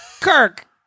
Kirk